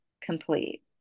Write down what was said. complete